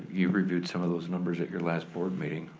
you've reviewed some of those numbers at your last board meeting,